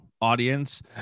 audience